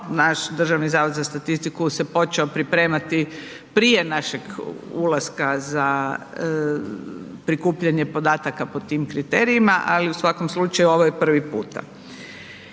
naš Državni zavod za statistiku se počeo pripremati prije našeg ulaska za prikupljanje podataka po tim kriterijima, ali u svakom slučaju ovo je prvi puta.